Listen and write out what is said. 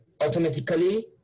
automatically